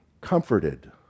comforted